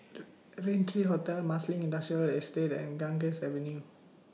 Raintr Hotel Marsiling Industrial Estate and Ganges Avenue